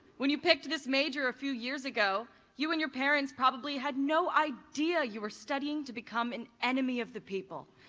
when you picked this major a few years ago you and your parents probably had no idea you were studying to become an enemy of the people.